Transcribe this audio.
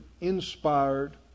inspired